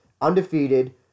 undefeated